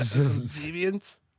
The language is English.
Deviants